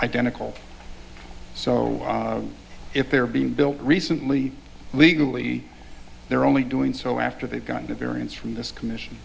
identical so if they're being built recently legally they're only doing so after they've gotten the variance from this commission